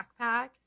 backpacks